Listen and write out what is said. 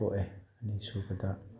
ꯄꯣꯛꯑꯦ ꯑꯅꯤꯁꯨꯕꯗ